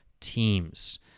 teams